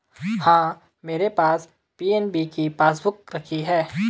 हाँ, मेरे पास पी.एन.बी की पासबुक रखी है